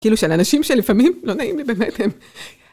כאילו של אנשים שלפעמים לא נעים לי באמת הם.